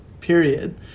period